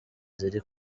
ziri